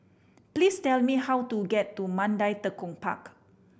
please tell me how to get to Mandai Tekong Park